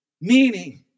Meaning